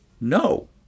no